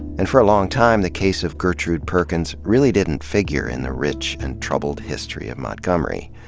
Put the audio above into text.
and for a long time, the case of gertrude perkins really didn't figure in the rich and troubled history of montgomery.